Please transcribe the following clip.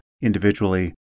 individually